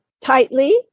tightly